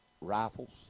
rifles